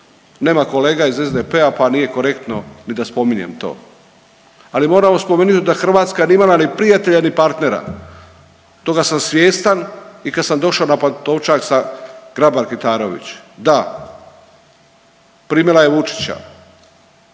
Nema kolega iz SDP-a pa nije korektno ni da spominjem to, ali moramo spomenuti da Hrvatska nije imala ni prijatelja ni partnera, toga sam svjestan i kad sam došao na Pantovčak sa Grabar Kitarović. Da, primila je Vučića.